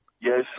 yes